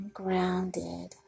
grounded